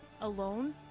alone